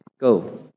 Go